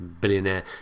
billionaire